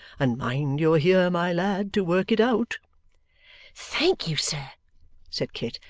and mind you're here, my lad, to work it out thank you, sir said kit.